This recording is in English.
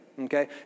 okay